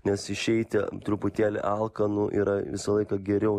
nes išeiti truputėlį alkanu yra visą laiką geriau